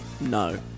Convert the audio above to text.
No